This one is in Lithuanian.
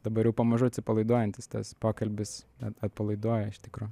dabar jau pamažu atsipalaiduojantis tas pokalbis at atpalaiduoja iš tikro